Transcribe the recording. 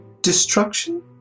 destruction